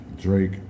Drake